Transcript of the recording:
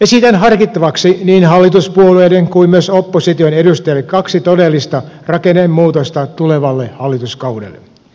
esitän harkittavaksi niin hallituspuolueiden kuin myös opposition edustajille kaksi todellista rakennemuutosta tulevalle hallituskaudelle